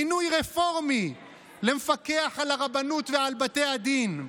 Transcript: מינוי רפורמי למפקח על הרבנות ועל בתי הדין,